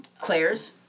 Claire's